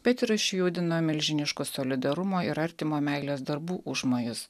bet ir išjudino milžiniškus solidarumo ir artimo meilės darbų užmojus